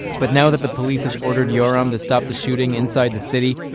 but now that the police has ordered yoram to stop the shooting inside the city,